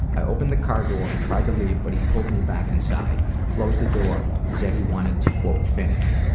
i opened the car door and tried to leave but he pulled me back inside, closed the door, and said he wanted to finish.